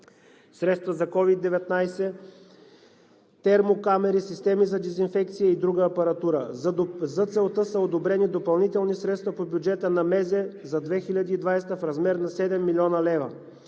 средства за COVID-19, термокамери, системи за дезинфекция и друга апаратура. За целта са одобрени допълнителни средства по бюджета на Министерството на здравеопазването